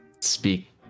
speak